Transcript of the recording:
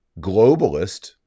globalist